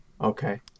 okay